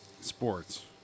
sports